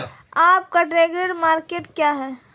आपका target market क्या है?